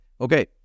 Okay